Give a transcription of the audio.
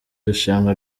rushanwa